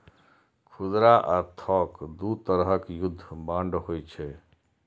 खुदरा आ थोक दू तरहक युद्ध बांड होइ छै